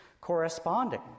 corresponding